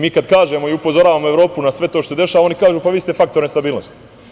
Mi kada kažemo i upozoravamo Evropu na sve to što se dešava, oni kažu – pa vi ste faktor nestabilnosti.